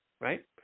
right